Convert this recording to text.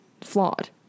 flawed